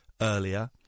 earlier